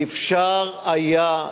אפשר היה,